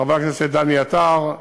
חבר הכנסת דני עטר,